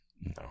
No